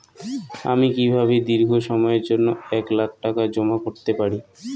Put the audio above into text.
আমি কিভাবে দীর্ঘ সময়ের জন্য এক লাখ টাকা জমা করতে পারি?